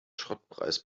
schrottpreis